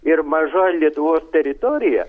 ir maža lietuvos teritorijoja